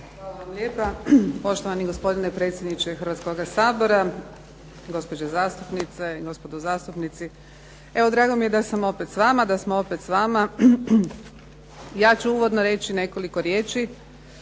Hvala vam lijepa, poštovani gospodine predsjedniče Hrvatskoga sabora. Gospođe zastupnice i gospodo zastupnici. Evo drago mi je da sam opet s vama, da smo opet s vama. Ja ću uvodno reći nekoliko riječi,